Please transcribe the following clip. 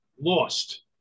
lost